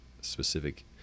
specific